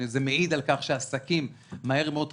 זה מעיד על-כך שהעסקים מהר מאוד חזרו.